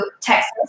Texas